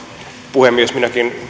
puhemies minäkin